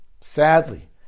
sadly